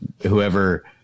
whoever